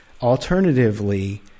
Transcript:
Alternatively